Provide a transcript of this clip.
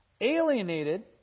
alienated